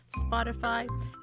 Spotify